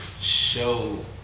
show